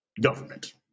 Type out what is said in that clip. government